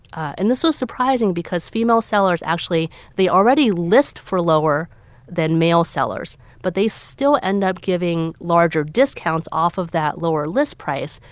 and this was surprising because female sellers actually they already list for lower than male sellers, but they still end up giving larger discounts off of that lower list price,